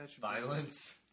Violence